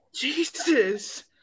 Jesus